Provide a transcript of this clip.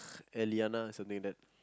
Alyana something like that